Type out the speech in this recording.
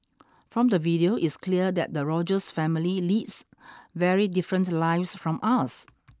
from the video it's clear that the Rogers family leads very different lives from us